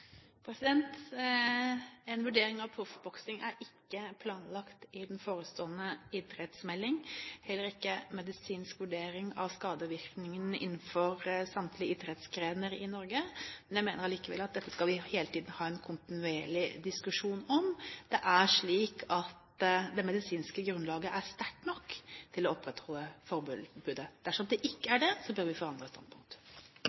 En vurdering av proffboksing er ikke planlagt i den forestående idrettsmeldingen, heller ikke en medisinsk vurdering av skadevirkningene innenfor samtlige idrettsgrener i Norge. Men jeg mener allikevel at dette skal vi hele tiden ha en kontinuerlig diskusjon om. Det er slik at det medisinske grunnlaget er sterkt nok til å opprettholde forbudet. Dersom det ikke